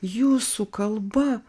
jūsų kalba